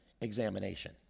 examination